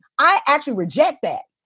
i actually reject that.